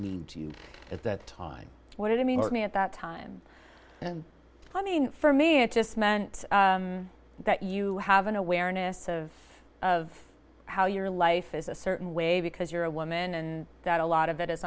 to you as that time what did i mean me at that time and i mean for me it just meant that you have an awareness of of how your life is a certain way because you're a woman and that a lot of it i